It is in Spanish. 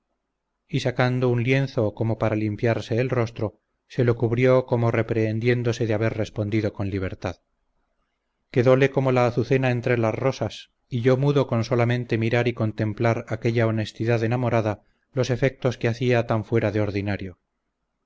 y sacando un lienzo como para limpiarse el rostro se lo cubrió como reprehendiéndose de haber respondido con libertad quedole como la azucena entre las rosas y yo mudo con solamente mirar y contemplar aquella honestidad enamorada los efectos que hacía tan fuera del ordinario